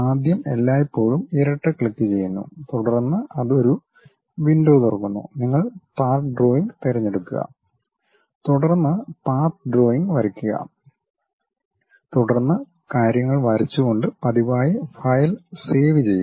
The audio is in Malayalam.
ആദ്യം എല്ലായ്പ്പോഴും ഇരട്ട ക്ലിക്കുചെയ്യുന്നു തുടർന്ന് അത് ഒരു വിൻഡോ തുറക്കുന്നു നിങ്ങൾ പാർട്ട് ഡ്രോയിംഗ് തിരഞ്ഞെടുക്കുക തുടർന്ന് പാത്ത് ഡ്രോയിംഗ് വരയ്ക്കുക തുടർന്ന് കാര്യങ്ങൾ വരച്ചുകൊണ്ട് പതിവായി ഫയൽ സേവ് ചെയ്യുക